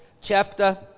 chapter